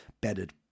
bedded